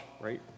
right